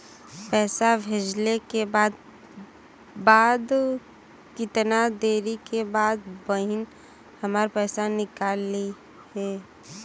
पैसा भेजले के कितना देरी के बाद बहिन हमार पैसा निकाल लिहे?